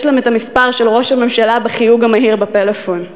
להם את המספר של ראש הממשלה בחיוג המהיר בפלאפון.